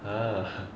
ah ha